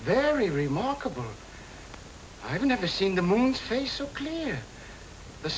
very remarkable i've never seen the